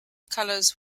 colors